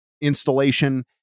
installation